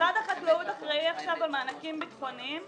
משרד החקלאות אחראי עכשיו על מענקים ביטחוניים?